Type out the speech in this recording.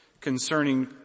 concerning